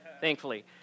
thankfully